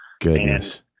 Goodness